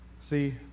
See